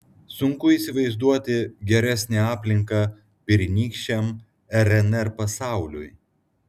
sunku įsivaizduoti geresnę aplinką pirmykščiam rnr pasauliui